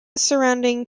surrounding